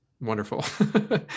wonderful